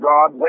God